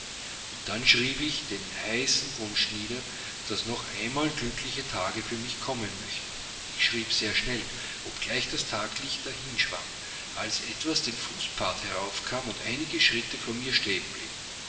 und dann schrieb ich den heißen wunsch nieder daß noch einmal glückliche tage für mich kommen möchten ich schrieb sehr schnell obgleich das tageslicht dahinschwand als etwas den fußpfad heraufkam und einige schritte vor mir stehen blieb